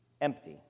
empty